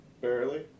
barely